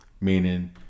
Meaning